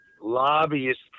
Lobbyist